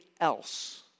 else